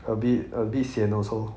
a bit a bit sian also